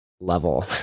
level